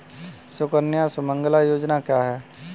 सुकन्या सुमंगला योजना क्या है?